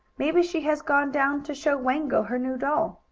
maybe she has gone down to show wango her new doll.